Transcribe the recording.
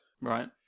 Right